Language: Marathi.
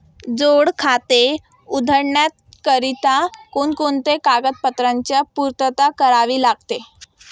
जोड खाते उघडण्याकरिता कोणकोणत्या कागदपत्रांची पूर्तता करावी लागते?